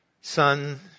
Son